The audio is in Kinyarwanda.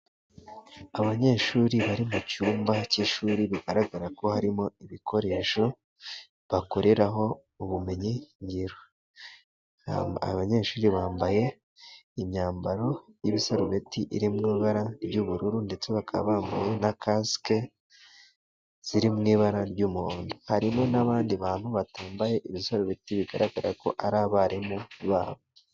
Abanyeshuri bari mu cyumba cy'ishuri bigaragara ko harimo ibikoresho bakoreraho ubumenyingiro, abanyeshuri bambaye imyambaro y'ibisarubeti iri mu ibara ry'ubururu ndetse bakaba bambaye na kasike ziri mw'ibara ry'umuhondo. Harimo n'abandi bantu batambaye ibisarubeti bigaragara ko ari abarimu babo.